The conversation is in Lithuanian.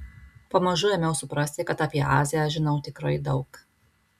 pamažu ėmiau suprasti kad apie aziją žinau tikrai daug